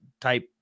type